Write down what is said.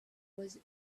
was